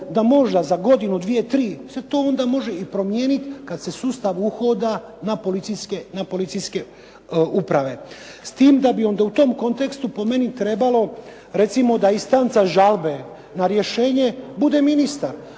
da možda za godinu, dvije, tri se to onda može i promijeniti kad se sustav uhoda na policijske uprave. S tim da bi onda u tom kontekstu po meni trebalo recimo da instanca žalbe na rješenje bude ministar.